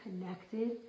connected